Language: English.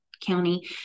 County